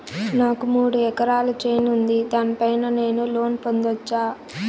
నాకు మూడు ఎకరాలు చేను ఉంది, దాని పైన నేను లోను పొందొచ్చా?